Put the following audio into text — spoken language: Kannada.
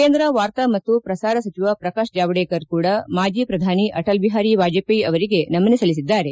ಕೇಂದ್ರ ವಾರ್ತಾ ಮತ್ತು ಪ್ರಸಾರ ಸಚಿವ ಪ್ರಕಾಶ್ ಜಾವಡೇಕರ್ ಕೂಡ ಮಾಜಿ ಪ್ರಧಾನಿ ಅಟಲ್ ಬಿಹಾರಿ ವಾಜಪೇಯಿ ಅವರಿಗೆ ನಮನ ಸಲ್ಲಿಸಿದ್ದಾರೆ